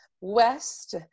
west